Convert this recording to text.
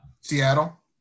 Seattle